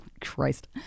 Christ